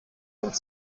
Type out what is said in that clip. und